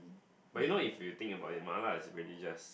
but you know if you think about it mala is pretty just